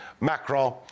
Macron